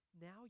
now